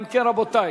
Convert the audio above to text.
אם כן, רבותי,